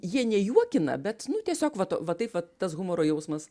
jie nejuokina bet nu tiesiog vat va taip vat tas humoro jausmas